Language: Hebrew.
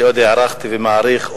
שהערכתי ואני מעריך,